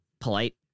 polite